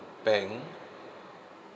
bank